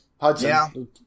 Hudson